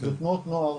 בתנועות נוער,